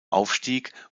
aufstieg